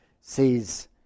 sees